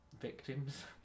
victims